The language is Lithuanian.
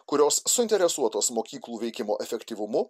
kurios suinteresuotos mokyklų veikimo efektyvumu